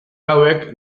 hauek